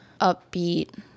upbeat